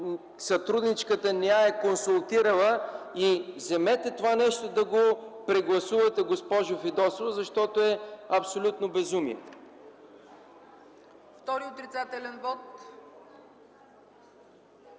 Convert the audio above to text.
сътрудничката не я е консултирала. Вземете това нещо да го прегласувате, госпожо Фидосова, защото е абсолютно безумие.